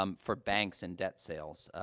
um for banks and debt sales